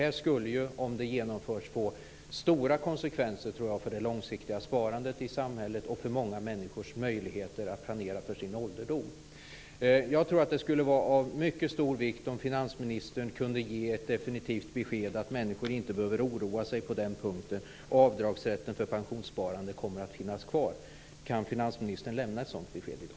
Om detta genomförs tror jag att det skulle få stora konsekvenser för det långsiktiga sparandet i samhället och för många människors möjligheter att planera för sin ålderdom. Jag tror att det skulle vara av mycket stor vikt om finansministern kunde ge ett definitivt besked om att människor inte behöver oroa sig på den punkten och att avdragsrätten för pensionssparande kommer att finnas kvar. Kan finansministern lämna ett sådant besked i dag?